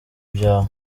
byawe